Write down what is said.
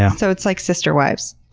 yeah so it's like sister wives.